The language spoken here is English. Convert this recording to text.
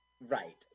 Right